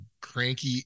cranky